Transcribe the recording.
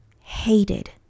hated